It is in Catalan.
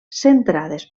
centrades